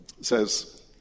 says